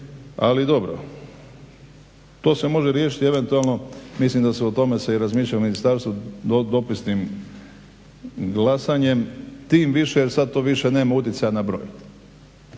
ali dobro. To se može riješiti eventualno, mislim da se o tome razmišlja i u Ministarstvu dopisnim glasanjem, tim više jer sada to više nema utjecaja na broj,